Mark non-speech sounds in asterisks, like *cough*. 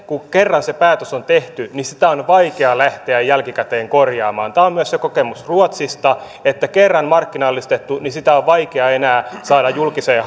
kun kerran se päätös on tehty sitä on on vaikea lähteä jälkikäteen korjaamaan tämä on myös se kokemus ruotsista että kerran markkinallistettua on vaikea enää saada julkiseen *unintelligible*